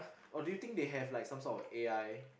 or do you think they have some sort of A_I